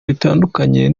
bitandukanye